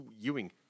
Ewing